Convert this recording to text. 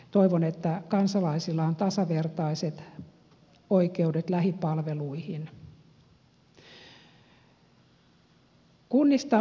toivon että kansalaisilla on tasavertaiset oikeudet lähipalveluihin